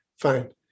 fine